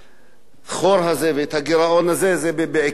ואת הגירעון הזה זה בעיקר השכבות החלשות.